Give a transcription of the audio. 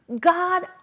God